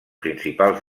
principals